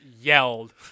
yelled